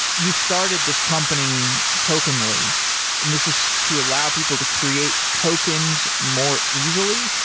you started this company tokenly, and this is to allow people to create tokens more easily.